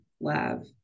love